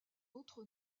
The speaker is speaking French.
autre